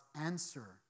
answer